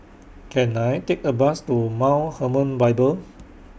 Can I Take A Bus to Mount Hermon Bible